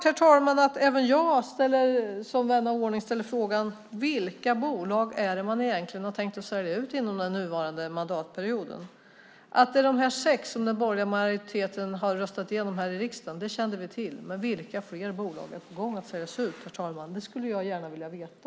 Det är klart att även jag, som vän av ordning, ställer frågan: Vilka bolag har man egentligen tänkt sälja ut under den innevarande mandatperioden? Att det är de sex som den borgerliga majoriteten har röstat igenom här i riksdagen kände vi till, men vilka fler bolag är på gång att säljas ut? Det skulle jag gärna vilja veta.